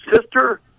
Sister